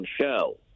show